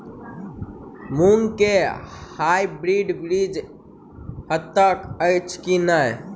मूँग केँ हाइब्रिड बीज हएत अछि की नै?